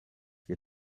wir